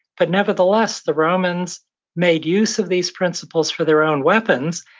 but nevertheless, the romans made use of these principles for their own weapons.